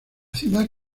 ciudad